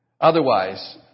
Otherwise